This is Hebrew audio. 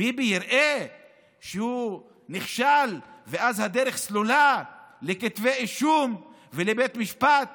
ביבי יראה שהוא נכשל ואז הדרך לכתבי אישום ולבית משפט סלולה?